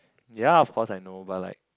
ya of course I know but like